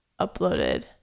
uploaded